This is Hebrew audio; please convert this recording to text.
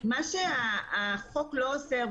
מה שהחוק לא אוסר,